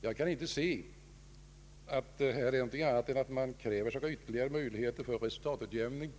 Jag kan inte se att det här är fråga om någonting annat än att kräva ytterligare möjligheter för resultatutjämning.